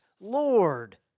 Lord